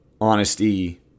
honesty